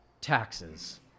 taxes